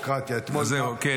נטיף, נטיף.